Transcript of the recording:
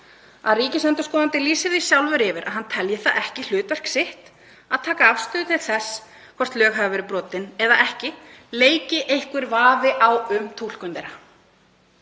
að ríkisendurskoðandi lýsir því sjálfur yfir að hann telji það ekki hlutverk sitt að taka afstöðu til þess hvort lög hafi verið brotin eða ekki, leiki einhver vafi á um túlkun